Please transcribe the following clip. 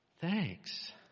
thanks